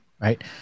right